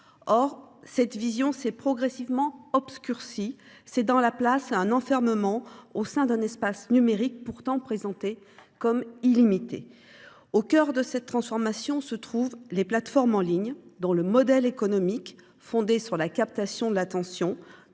Or cette vision s’est progressivement obscurcie, cédant la place à l’enfermement dans un espace numérique pourtant présenté comme illimité. Au cœur de cette transformation se trouvent les plateformes en ligne, dont le modèle économique, fondé sur la captation de l’attention,